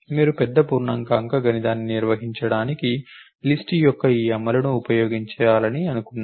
మీరు పెద్ద పూర్ణాంక అంకగణితాన్ని నిర్వహించడానికి లిస్ట్ యొక్క ఈ అమలును ఉపయోగించాలని అనుకుందాం